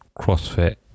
crossfit